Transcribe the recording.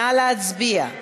נא להצביע,